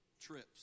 trips